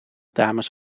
dames